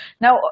Now